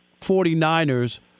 49ers